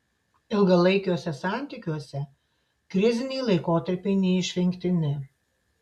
ilgalaikiuose santykiuose kriziniai laikotarpiai neišvengtini